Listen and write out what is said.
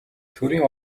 төрийн